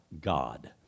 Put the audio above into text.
God